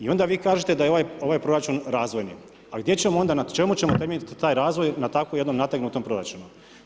I onda vi kažete da je ovoj proračun razvoji, a gdje ćemo onda na čemu ćemo temeljit taj razvoj na tako jednom nategnutom proračunu.